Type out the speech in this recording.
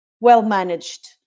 well-managed